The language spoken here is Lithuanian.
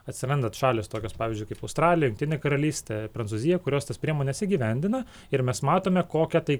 atsirandat šalys tokios pavyzdžiui kaip australija jungtinė karalystė prancūzija kurios tas priemones įgyvendina ir mes matome kokią tai